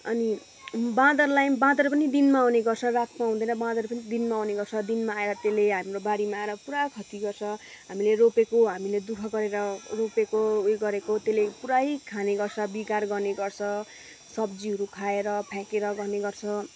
अनि बाँदरलाई बाँदर पनि दिनमा आउने गर्छ रातमा आउँदैन बाँदर पनि दिनमा आउने गर्छ दिनमा आएर त्यसले हाम्रो बारीमा आएर पुरा खती गर्छ हामीले रोपेको हामीले दुःख गरेर रोपेको उयो गरेको त्यसले पुरै खाने गर्छ बिगार गर्ने गर्छ सब्जीहरू खाएर फ्याँकेर गर्ने गर्छ